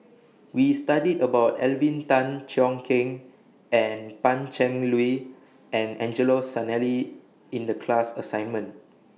We studied about Alvin Tan Cheong Kheng and Pan Cheng Lui and Angelo Sanelli in The class assignment